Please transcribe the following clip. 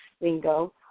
lingo